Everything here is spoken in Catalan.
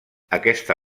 aquesta